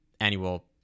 annual